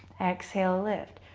exhale, lift.